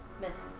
Misses